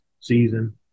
season